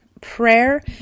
Prayer